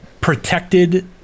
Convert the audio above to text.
protected